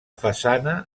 façana